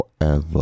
forever